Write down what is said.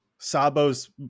Sabo's